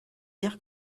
dire